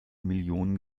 millionen